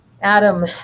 Adam